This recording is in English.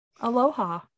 Aloha